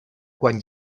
quan